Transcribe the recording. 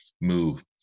move